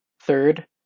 Third